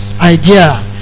Idea